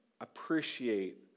appreciate